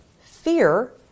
Fear